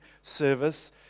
service